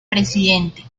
presidente